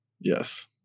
Yes